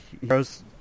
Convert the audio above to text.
heroes